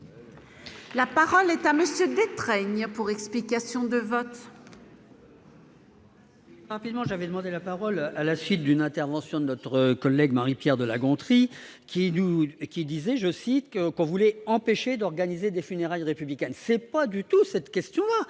La parole est à Monsieur Detraigne pour explication de vote. Rapidement, j'avais demandé la parole à la suite d'une intervention de notre collègue Marie-Pierre de La Gontrie qui nous qui disait, je cite, que qu'on voulait empêcher d'organiser des funérailles républicaine, c'est pas du tout cette question-là,